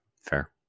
fair